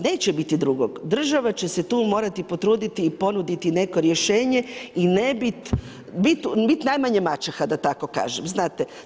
Neće biti drugog, država će se tu morati potruditi i ponuditi neko rješenje i ne biti, biti najmanje maćeha, da tako kažem, znate.